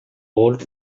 old